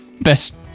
Best